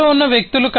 పనిలో ఉన్న వ్యక్తులు